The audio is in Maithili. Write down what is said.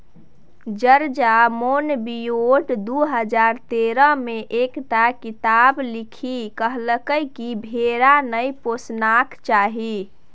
जार्ज मोनबियोट दु हजार तेरह मे एकटा किताप लिखि कहलकै कि भेड़ा नहि पोसना चाही